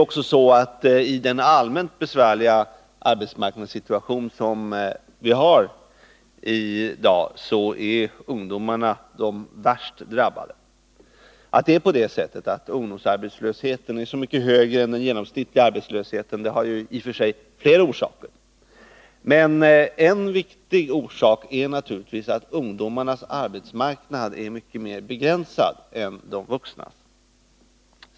I den allmänt besvärliga arbetsmarknadssituation som vi har i dag är ungdomarna de värst drabbade. Att ungdomsarbetslösheten är så mycket högre än den genomsnittliga arbetslösheten har i och för sig flera orsaker. Men en viktig orsak är att ungdomarnas arbetsmarknad är mycket mer begränsad än de vuxnas.